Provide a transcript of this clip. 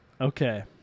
Okay